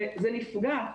וזה נפגע.